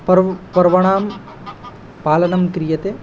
पर् पर्वणां पालनं क्रियते